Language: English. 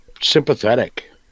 sympathetic